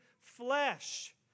flesh